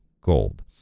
gold